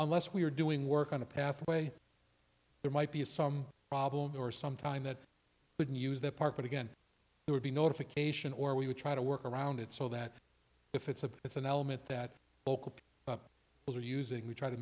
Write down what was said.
unless we are doing work on a pathway there might be some problems or some time that we can use the park but again there would be notification or we would try to work around it so that if it's a it's an element that beaucoup was are using we try to